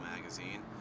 magazine